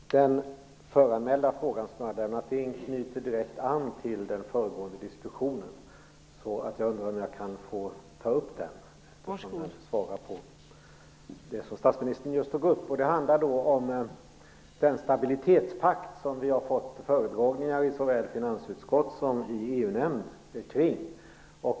Fru talman! Den föranmälda fråga som jag har lämnat in knyter direkt an till den föregående diskussionen. Jag undrar därför om jag kan få ta upp den i detta sammanhang. Det som statsministern just tog upp handlar om den stabilitetspakt som vi har fått föredragningar om i såväl finansutskottet som i EU-nämnden.